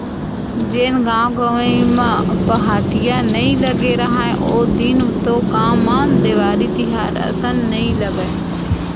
जेन गाँव गंवई म पहाटिया नइ लगे राहय ओ दिन तो गाँव म देवारी तिहार असन नइ लगय,